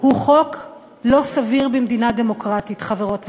הוא חוק לא סביר במדינה דמוקרטית, חברות וחברים.